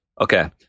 Okay